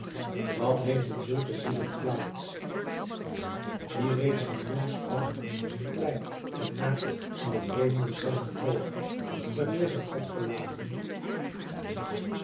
wat heeft in zulke zielen plaats die reeds van jongs af klein en naakt onder vreemden zijn gekomen wanneer zij god verlaten